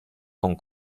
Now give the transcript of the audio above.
con